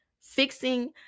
fixing